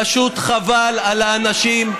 פשוט חבל על האנשים.